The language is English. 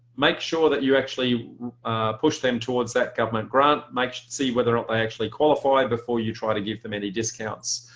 make sure that you actually push them towards that government grant. make them see whether or not they actually qualify before you try to give them any discounts.